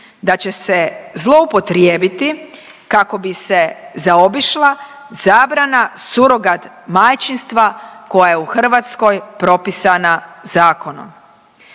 da će se zloupotrijebiti kako bi se zaobišla zabrana surogat majčinstva koja je u Hrvatskoj propisana zakonom.